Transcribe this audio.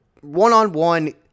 One-on-one